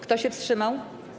Kto się wstrzymał?